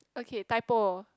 okay Typo